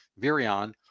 Virion